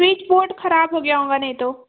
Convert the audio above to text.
switch board खराब हो गया होगा नहीं तो